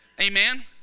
Amen